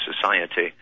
society